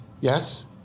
yes